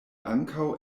ankaŭ